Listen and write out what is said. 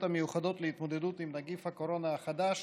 מיוחדות להתמודדות עם נגיף הקורונה החדש